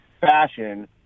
fashion